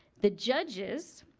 the judges,